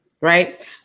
right